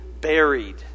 buried